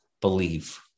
believe